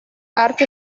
arte